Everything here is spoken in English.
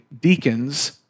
deacons